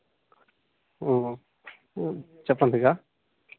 చెప్పండి అక్క